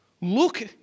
Look